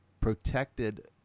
protected